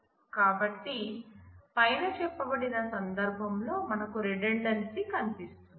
కాబట్టిపైన చెప్పబడిన సందర్భంలో మనకు రిడండేన్సీ కనిపిస్తుంది